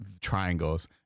triangles